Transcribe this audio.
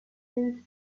since